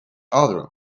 other